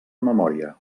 memòria